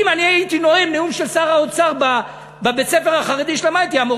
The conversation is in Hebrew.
אם אני הייתי נואם נאום של שר האוצר בבית-הספר החרדי שלמדתי בו,